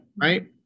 right